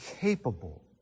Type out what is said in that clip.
capable